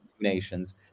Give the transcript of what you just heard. Nations